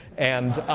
and